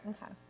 Okay